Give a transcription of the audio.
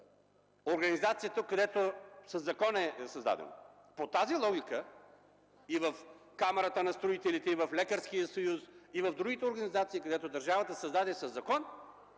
организацията, която със закон е създадена. По тази логика и в Камерата на строителите, и в Лекарския съюз, и в другите организации, които държавата създаде със закон,